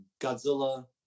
Godzilla